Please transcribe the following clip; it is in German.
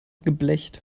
geblecht